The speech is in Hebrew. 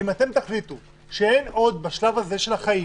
ואם אתם תחליטו שאין עוד בשלב הזה של החיים